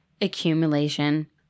accumulation